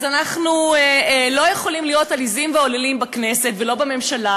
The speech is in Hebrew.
אז אנחנו לא יכולים להיות עליזים והוללים בכנסת ולא בממשלה,